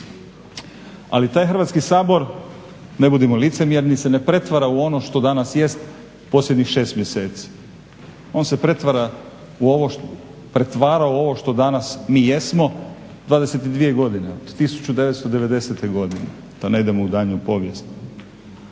Ali taj Hrvatskoga sabor ne budemo licemjerni se ne pretvara u ono što danas jest posljednjih 6 mjeseci, on se pretvarao u ovo što mi danas jesmo 22 godine od 1990.godine, da ne idem dalje u povijest.